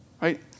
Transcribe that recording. Right